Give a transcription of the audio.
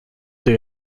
the